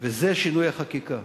וזה שינוי החקיקה.